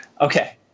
Okay